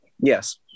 yes